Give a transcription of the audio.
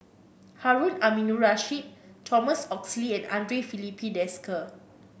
Harun Aminurrashid Thomas Oxley and Andre Filipe Desker